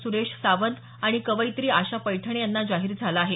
सुरेश सावंत आणि कवयित्री आशा पैठणे यांना जाहीर झाला आहे